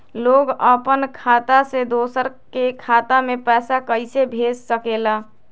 लोग अपन खाता से दोसर के खाता में पैसा कइसे भेज सकेला?